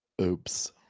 Oops